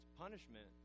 punishment